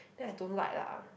then I don't like lah